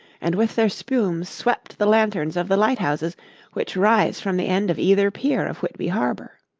and with their spume swept the lanthorns of the lighthouses which rise from the end of either pier of whitby harbour.